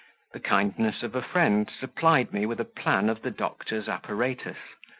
the kindness of a friend supplied me with a plan of the doctor's apparatus,